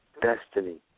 destiny